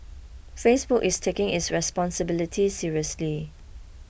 Facebook is taking its responsibility seriously